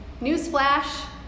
newsflash